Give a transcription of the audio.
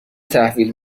تحویل